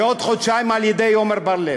בעוד חודשיים על-ידי עמר בר-לב,